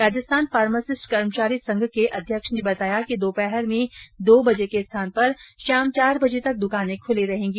Rajasthan pharmacist कर्मचारी संघ के अध्यक्ष ने बताया कि दोपहर में दो बजे के स्थान पर शाम चार बजे तक द्कानें खुली रहेंगी